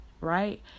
right